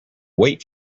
wait